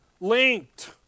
linked